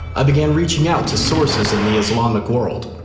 i began reaching out to sources in the islamic world.